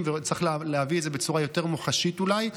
וצריך להעביר את זה אולי בצורה מוחשית יותר.